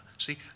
See